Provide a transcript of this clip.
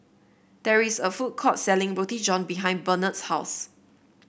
there is a food court selling Roti John behind Barnard's house